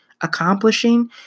accomplishing